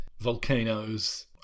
volcanoes